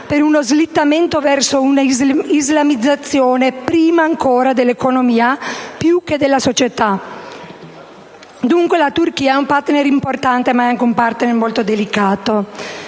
per uno slittamento verso una islamizzazione, prima ancora dell'economia, più che della società. Dunque, la Turchia è un *partner* importante, ma anche molto delicato.